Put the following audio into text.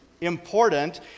important